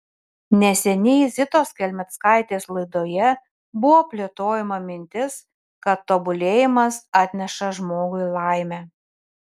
neseniai zitos kelmickaitės laidoje buvo plėtojama mintis kad tobulėjimas atneša žmogui laimę